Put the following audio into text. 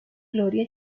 gloria